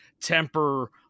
temper